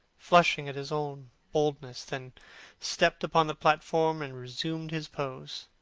flushing at his own boldness, then stepped up on the platform and resumed his pose.